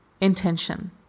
intention